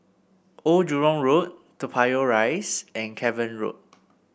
Old Jurong Road Toa Payoh Rise and Cavan Road